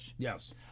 Yes